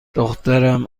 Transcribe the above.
دخترم